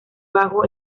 bajo